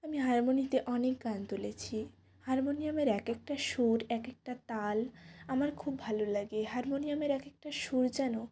আমি হারমোনিয়ামে অনেক গান তুলেছি হারমোনিয়ামের এক একটা সুর এক একটা তাল আমার খুব ভালো লাগে হারমোনিয়ামের এক একটা সুর যেন